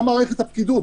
גם מערכת הפקידות,